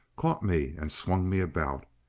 caught me and swung me about.